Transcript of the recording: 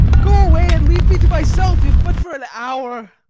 go away and leave me to myself, if but for an hour.